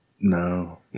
No